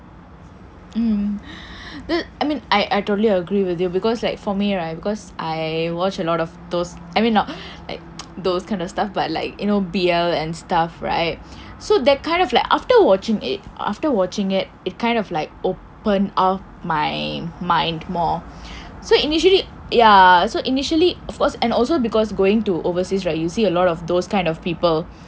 mm I mean I I totally agree with you because like for me right because I watch a lot of those I mean not those kind of stuff but like you know B L and stuff right so that kind of like after watching it after watching it it kind of like open up my um mind more so initially ya so initially of course and also because going to overseas right you see a lot of those kind of people